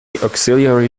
auxiliary